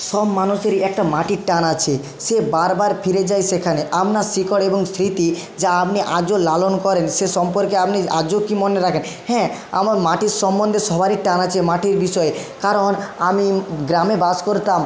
সব মানুষেরই একটা মাটির টান আছে সে বারবার ফিরে যায় সেখানে আপনার শিকড় ও স্মৃতি যা আপনি আজও লালন করেন সে সম্পর্কে আপনি আজও কি মনে রাখেন হ্যাঁ আমার মাটির সম্বন্ধে সবারই টান আছে মাটির বিষয়ে কারণ আমি গ্রামে বাস করতাম